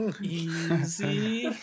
Easy